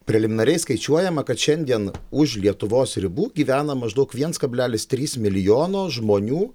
preliminariai skaičiuojama kad šiandien už lietuvos ribų gyvena maždaug viens kablelis trys milijono žmonių